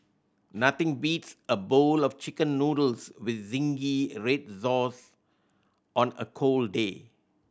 nothing beats a bowl of Chicken Noodles with zingy red sauce on a cold day